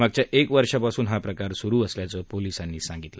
मागीच्या एक वर्षापासून हा प्रकार सुरु असल्याचं पोलीसांनी सांगितलं